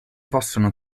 possono